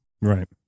Right